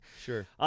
Sure